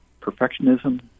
perfectionism